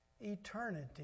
eternity